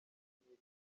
binjiye